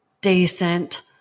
decent